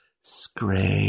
Scrape